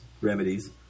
remedies